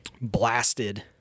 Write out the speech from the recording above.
blasted